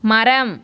மரம்